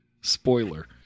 spoiler